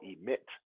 emit